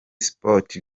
sports